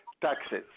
taxes